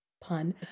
pun